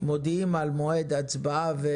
מודיעין על מועד הצבעה.